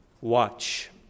watch